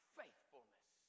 faithfulness